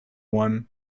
one